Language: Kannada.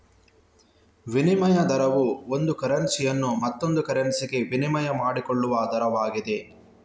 ವಿನಿಮಯ ದರವು ಒಂದು ಕರೆನ್ಸಿಯನ್ನು ಮತ್ತೊಂದು ಕರೆನ್ಸಿಗೆ ವಿನಿಮಯ ಮಾಡಿಕೊಳ್ಳುವ ದರವಾಗಿದೆ